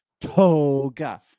toga